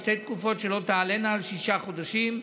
בשתי תקופות שלא תעלינה על שישה חודשים.